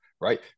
right